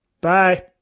Bye